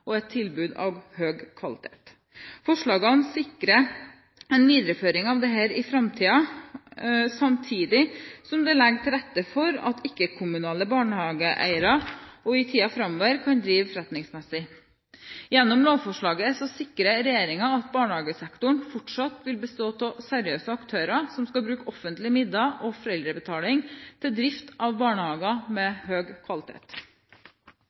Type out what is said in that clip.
og et tilbud av høy kvalitet. Forslagene sikrer en videreføring av dette i framtiden, samtidig som det legger til rette for at ikke-kommunale barnehageeiere også i tiden framover kan drive forretningsmessig. Gjennom lovforslaget sikrer regjeringen at barnehagesektoren fortsatt vil bestå av seriøse aktører som skal bruke offentlige midler og foreldrebetaling til drift av barnehager med høy kvalitet.